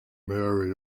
mary